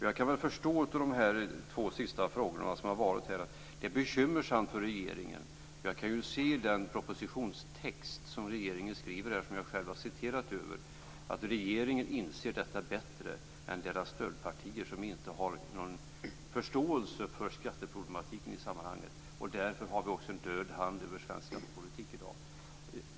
Jag kan förstå av de två sista frågorna som har tagits upp här att det är bekymmersamt för regeringen. Jag kan se i den propositionstext som regeringen skriver, som jag själv har citerat ur, att regeringen inser detta bättre än dess stödpartier, som inte har någon förståelse för skatteproblematiken. Därför har vi också en död hand över svensk skattepolitik i dag.